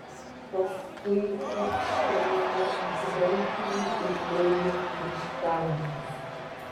paskui pūkštelėjo į tvenkinį ir ėmė pliuškentis